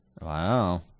Wow